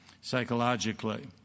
psychologically